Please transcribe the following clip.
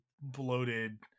bloated